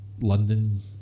London